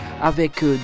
avec